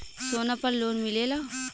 सोना पर लोन मिलेला?